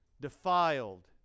defiled